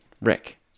Rick